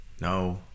no